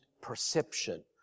perception